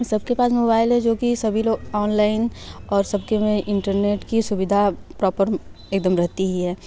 सबके पास मोबाईल जोकि सभी लोग ऑनलाइन और सबके में इंटरनेट की सुविधा प्रापर एकदम रहती ही है